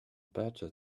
better